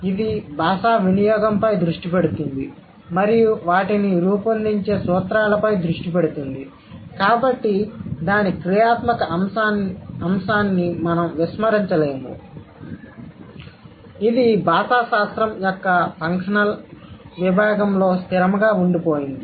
ఇది భాషా వినియోగంపై దృష్టి పెడుతుంది మరియు వాటిని రూపొందించే సూత్రాలపై దృష్టి పెడుతుంది కాబట్టి దాని క్రియాత్మక అంశాన్ని మనం విస్మరించలేము ఇది భాషాశాస్త్రం యొక్క ఫంక్షనల్ విభాగం లో స్థిరముగా ఉండి పోయింది